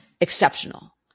exceptional